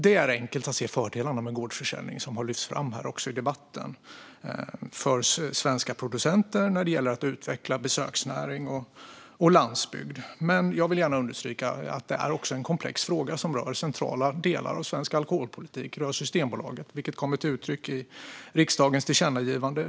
Det är enkelt att se fördelarna med gårdsförsäljning, som har lyfts fram här i debatten, för svenska producenter och för att utveckla besöksnäring och landsbygd. Men jag vill gärna understryka att det är en komplex fråga som rör centrala delar av svensk alkoholpolitik och Systembolaget, vilket kommer till uttryck i riksdagens tillkännagivande.